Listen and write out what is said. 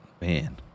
man